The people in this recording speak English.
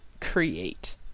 create